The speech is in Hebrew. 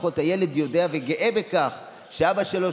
לפחות הילד יודע וגאה בכך שאבא שלו,